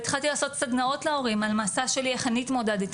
והתחלתי לעשות סדנאות להורים על המסע שלי איך אני התמודדתי,